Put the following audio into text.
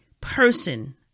person